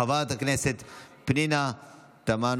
של חברת הכנסת פנינה תמנו.